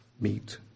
meet